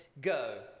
Go